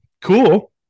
cool